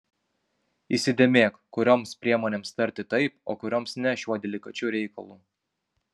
įsidėmėk kurioms priemonėms tarti taip o kurioms ne šiuo delikačiu reikalu